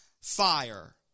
fire